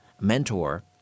mentor